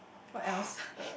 what else